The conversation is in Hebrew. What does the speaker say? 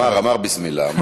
אמר, אמר בסם אללה.